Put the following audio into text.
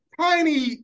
Tiny